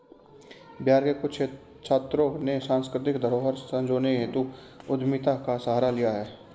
बिहार के कुछ छात्रों ने सांस्कृतिक धरोहर संजोने हेतु उद्यमिता का सहारा लिया है